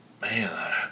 Man